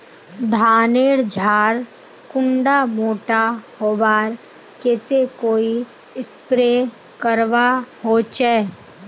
धानेर झार कुंडा मोटा होबार केते कोई स्प्रे करवा होचए?